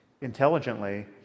intelligently